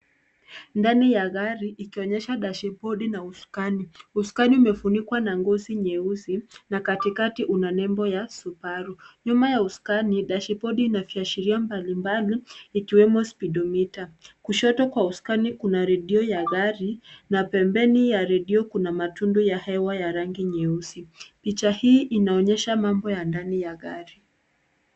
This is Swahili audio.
Ndani ya gari ikionyesha dashibodi na usukani. Usukani umefunikwa na ngozi nyeusi na katikati una nembo ya Subaru. Nyuma ya usukani dashibodi ina viashiria mbalimbali ikiwemo speedometer .Kushoto kwa usukani kuna redio ya gari na pembeni ya redio kuna matundu ya hewa ya rangi nyeusi. Picha hii inaonyesha mambo ya ndani ya gari.